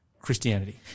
Christianity